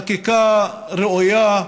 חקיקה ראויה,